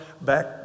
back